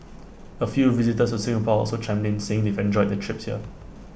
A few visitors to Singapore also chimed in saying they've enjoyed their trips here